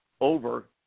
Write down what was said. over